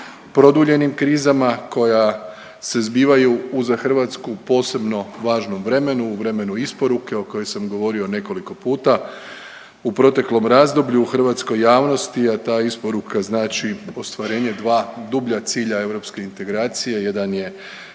produljenim krizama koja se zbivaju u za Hrvatsku posebno važnom vremenu u vremenu isporuke o kojoj sam govorio nekoliko puta u proteklom razdoblju u hrvatskoj javnosti, a ta isporuka znači ostvarenje dva dublja cilja europske integracije. Jedan je